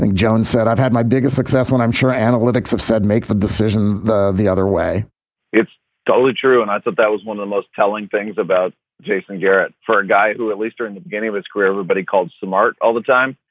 jones said. i've had my biggest success when i'm sure analytics, i've said make the decision the the other way it's totally true. and i thought that was one of the most telling things about jason garrett. for a guy who, at least during the beginning of his career, everybody called smart all the time.